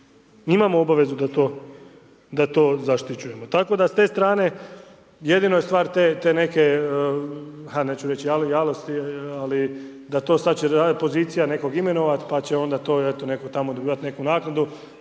imamo obavezu da to zaštićujemo. Tako da s te strane jedino je stvar te neke ha neću reći .../Govornik se ne razumije./... ali da to sad će pozicija nekog imenovati pa će onda to eto tamo dobivati neku naknadu